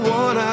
one